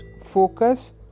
focus